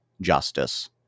justice